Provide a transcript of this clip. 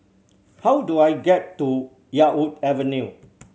how do I get to Yarwood Avenue